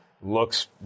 looks